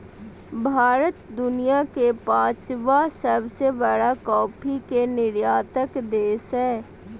भारत दुनिया के पांचवां सबसे बड़ा कॉफ़ी के निर्यातक देश हइ